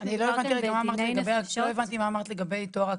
-- אני לא הבנתי רגע מה אמרת לגבי תואר אקוויוולנטי.